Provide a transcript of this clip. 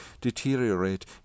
deteriorate